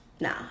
No